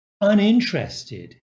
uninterested